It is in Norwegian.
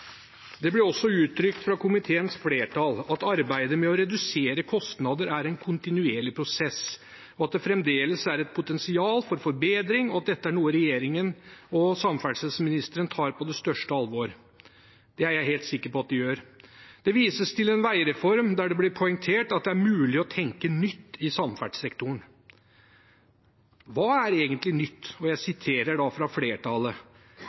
Det ble også uttrykt fra komiteens flertall at arbeidet med å redusere kostnader er en kontinuerlig prosess, at det fremdeles er et potensial for forbedring, og at dette er noe regjeringen og samferdselsministeren tar på største alvor. Det er jeg helt sikker på at de gjør. Det vises til en veireform, og det blir poengtert at det er mulig å tenke nytt i samferdselssektoren. Hva er egentlig nytt? Jeg siterer: «Flertallet vil fortsette arbeidet med å effektivisere planleggingsprosessene og